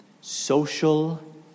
Social